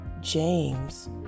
James